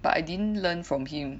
but I didn't learn from him